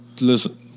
Listen